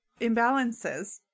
imbalances